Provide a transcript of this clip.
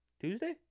Tuesday